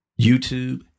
YouTube